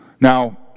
Now